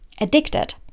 addicted